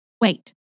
Wait